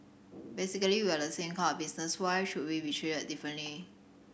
basically we are the same kind of business why should we be treated differently